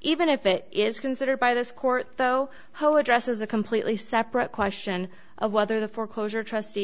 even if it is considered by this court though ho addresses a completely separate question of whether the foreclosure trustee